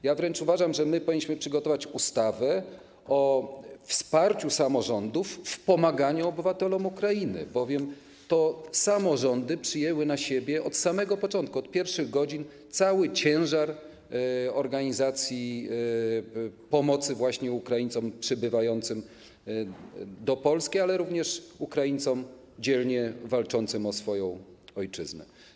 Uważam wręcz, że powinniśmy przygotować ustawę o wsparciu samorządów w pomaganiu obywatelom Ukrainy, bowiem to samorządy przyjęły na siebie od samego początku, od pierwszych godzin cały ciężar organizacji pomocy Ukraińcom przybywającym do Polski, ale również Ukraińcom dzielnie walczącym o swoją ojczyznę.